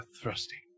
thrusting